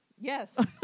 Yes